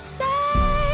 say